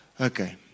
okay